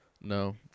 no